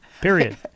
Period